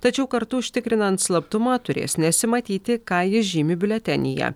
tačiau kartu užtikrinant slaptumą turės nesimatyti ką jis žymi biuletenyje